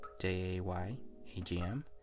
J-A-Y-A-G-M